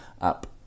up